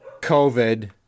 COVID